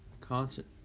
constant